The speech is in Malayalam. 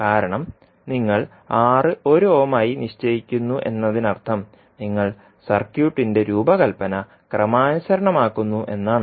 കാരണം നിങ്ങൾ R 1 ഓം ആയി നിശ്ചയിക്കുന്നു എന്നതിനർത്ഥം നിങ്ങൾ സർക്യൂട്ടിന്റെ രൂപകൽപ്പന ക്രമാനുസരണമാക്കുന്നു എന്നാണ്